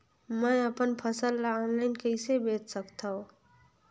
मैं अपन फसल ल ऑनलाइन कइसे बेच सकथव?